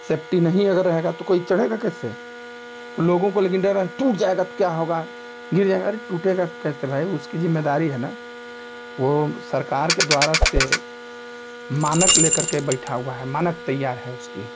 safety नहीं अगर रहेगा तो कोई चढ़ेगा कैसे तो लोगों को लेकिन डर है टूट जाएगा तो क्या होगा गिर जाएगा अरे टूटेगा कैसे भाई उसकी ज़िम्मेदारी है ना वह सरकार के द्वारा से मानक ले करके बैठा हुआ है मानक तैयार है उसकी